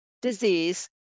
disease